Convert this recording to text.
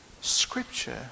scripture